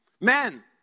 Men